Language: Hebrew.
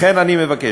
לכן אני מבקש,